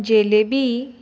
jalebi